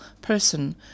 person